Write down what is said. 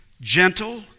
gentle